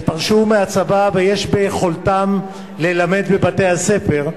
שפרשו מהצבא ויש ביכולתם ללמד בבתי-הספר,